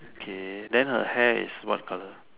okay then her hair is what colour